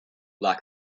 lack